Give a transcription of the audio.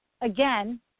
again